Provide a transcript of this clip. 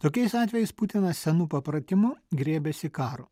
tokiais atvejais putinas senu papratimu griebiasi karo